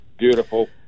beautiful